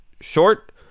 short